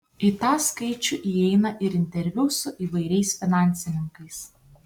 į tą skaičių įeina ir interviu su įvairiais finansininkais